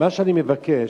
מה שאני מבקש,